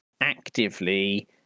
actively